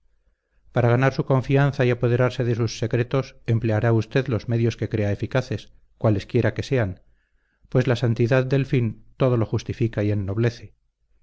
para ganar su confianza y apoderarse de sus secretos empleará usted los medios que crea eficaces cualesquiera que sean pues la santidad del fin todo lo justifica y